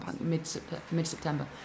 mid-September